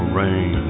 rain